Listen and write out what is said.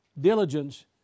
diligence